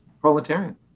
proletarian